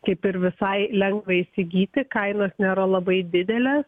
kaip ir visai lengva įsigyti kainos nėra labai didelės